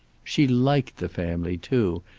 she liked the family, too,